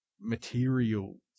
material